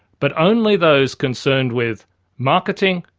but only those concerned with marketing,